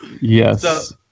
Yes